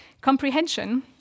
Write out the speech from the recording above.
Comprehension